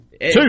Two